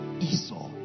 Esau